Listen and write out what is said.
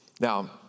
Now